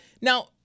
Now